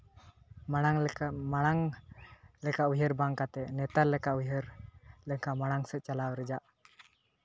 ᱢᱟᱲᱟᱝ ᱞᱮᱠᱟ ᱢᱟᱲᱟᱝ ᱞᱮᱠᱟ ᱩᱭᱦᱟᱹᱨ ᱵᱟᱝ ᱠᱟᱛᱮ ᱱᱮᱛᱟᱨ ᱞᱮᱠᱟ ᱩᱭᱦᱟᱹᱨ ᱞᱮᱠᱷᱟᱱ ᱢᱟᱲᱟᱝ ᱥᱮᱫ ᱪᱟᱞᱟᱣ ᱨᱮᱭᱟᱜ